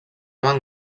van